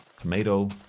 Tomato